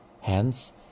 hence